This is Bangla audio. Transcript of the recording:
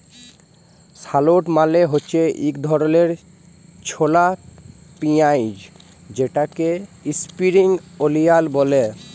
শালট মালে হছে ইক ধরলের ছলা পিয়াঁইজ যেটাকে ইস্প্রিং অলিয়াল ব্যলে